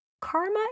karma